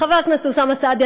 חבר הכנסת אוסאמה סעדי,